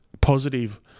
positive